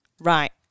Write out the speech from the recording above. Right